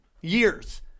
years